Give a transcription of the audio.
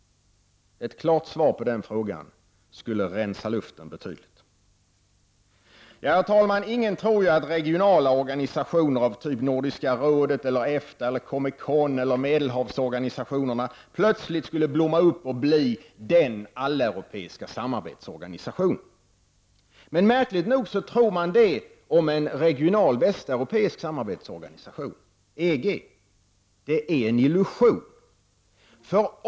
Ett klart svar på den frågan skulle rensa luften betydligt. Herr talman! Ingen tror ju att regionala organisationer av typ Nordiska rådet, EFTA, Comecon eller Medelhavsorganisationerna plötsligt skulle blomma upp och bli den alleuropeiska samarbetsorganisationen. Men märkligt nog tror man det om en regional västeuropeisk samarbetsorganisation, EG. Det är en illusion.